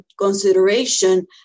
consideration